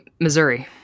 Missouri